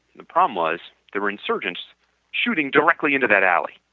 the problem was there were insurgents shooting directly into that alley